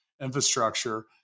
infrastructure